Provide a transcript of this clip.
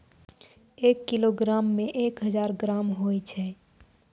एक किलोग्रामो मे एक हजार ग्राम होय छै